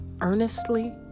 earnestly